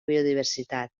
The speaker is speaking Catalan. biodiversitat